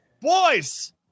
Boys